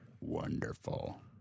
wonderful